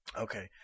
Okay